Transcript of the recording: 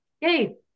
yay